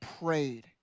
prayed